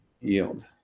yield